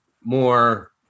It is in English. more